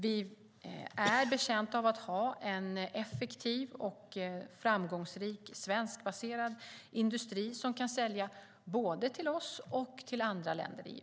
Vi är betjänta av att ha en effektiv och framgångsrik svenskbaserad industri som kan sälja både till oss och till andra länder i EU.